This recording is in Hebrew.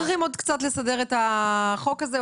אנחנו צריכים עוד קצת לסדר את החוק הזה,